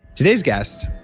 today's guest,